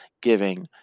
giving